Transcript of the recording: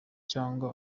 cyangwa